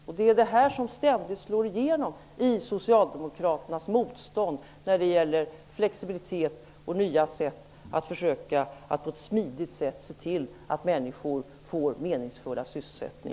Bristen på flexibilitet slår ständigt igenom i Socialdemokraternas motstånd mot nya sätt att på ett smidigt sätt ge människor meningsfull sysselsättning.